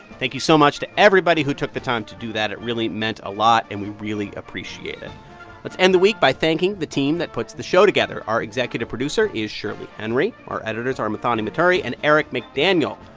thank you so much to everybody who took the time to do that. it really meant a lot, and we really appreciate it let's end the week by thanking the team that puts the show together. our executive producer is shirley henry. our editors are muthoni muturi and eric mcdaniel.